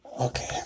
Okay